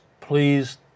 please